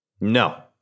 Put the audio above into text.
No